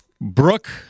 Brooke